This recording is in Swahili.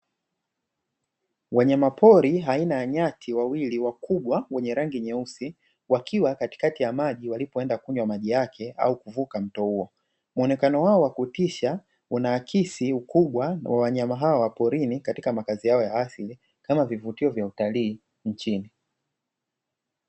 Wanyamapori aina ya nyati wawili wakubwa wenye rangi nyeusi wakiwa katikati ya maji walipoenda kunywa maji yake au kuvuka mto huo muonekano wao wa kutisha una hakisi ukubwa wa wanyama hawa wa porini katika makazi yao ya asili kama vivutio vya utalii nchini